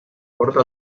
porta